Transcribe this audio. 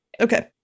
Okay